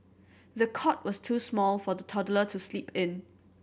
the cot was too small for the toddler to sleep in